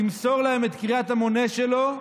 ימסור להם את קריאת המונה שלו,